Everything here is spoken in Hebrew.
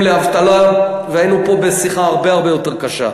לאבטלה והיינו פה בשיחה הרבה הרבה יותר קשה.